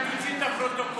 תוציא את הפרוטוקולים,